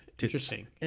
Interesting